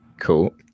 Cool